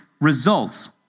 results